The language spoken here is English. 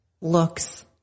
looks